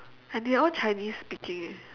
and they are all chinese speaking eh